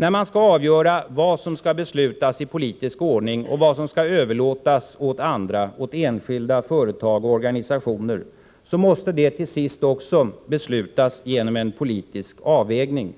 När man skall avgöra vad som skall beslutas i politisk ordning och vad som skall överlåtas åt andra — enskilda, företag och organisationer — måste det till sist ske genom en politisk avvägning.